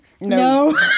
No